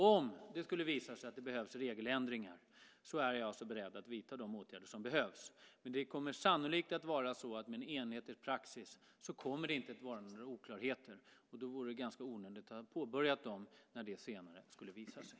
Om det skulle visa sig att det behövs regeländringar är jag beredd att vidta de åtgärder som behövs. Men det kommer sannolikt med enhetlig praxis inte att vara några oklarheter. Då vore det ganska onödigt att ha påbörjat ändringar när detta senare skulle visa sig.